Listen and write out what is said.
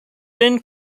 then